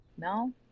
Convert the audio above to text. No